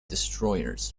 destroyers